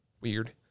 weird